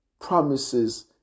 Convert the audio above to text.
promises